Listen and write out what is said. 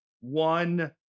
one